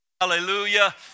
Hallelujah